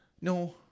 No